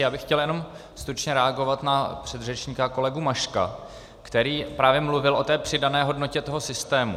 Já bych chtěl jenom stručně reagovat na předřečníka kolegu Maška, který právě mluvil o přidané hodnotě toho systému.